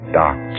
dark